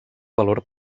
valor